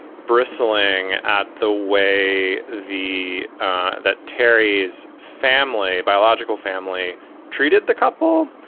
bristling at the way the that terry's family, biological family treated the couple.